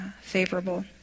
favorable